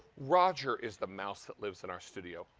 roger is the mouse that lives in our studio.